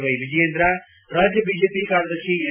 Y Vijayendra ರಾಜ್ಯ BJP ಕಾರ್ಯದರ್ಶಿ N